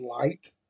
light